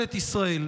ממשלת ישראל?